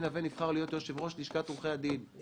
הוא